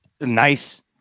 nice